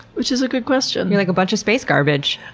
which is a good question. you're like, a bunch of space garbage.